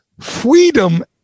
Freedom